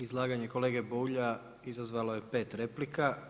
Izlaganje kolege Bulja izazvalo je 5 replika.